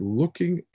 looking